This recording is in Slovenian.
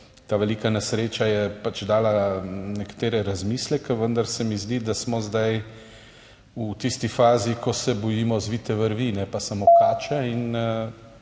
ta velika nesreča je dala nekatere razmisleke, vendar se mi zdi, da smo zdaj v tisti fazi, ko se bojimo zvite vrvi, ne pa samo kače, in